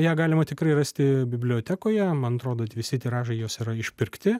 ją galima tikrai rasti bibliotekoje man atrodo visi tiražai jos yra išpirkti